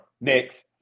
Next